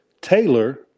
Taylor